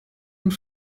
und